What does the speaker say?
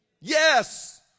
Yes